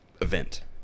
event